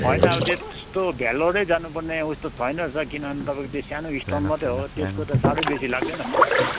होइन अब त्यहाँ त्यस्तो भेल्लोरै जानुपर्ने अवस्था छैन रहेछ किनभने तपाईँको त्यो सानो स्टोन मात्रै हो त्यसको त साह्रै बेसी लाग्दैन खर्च